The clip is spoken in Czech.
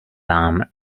vám